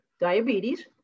diabetes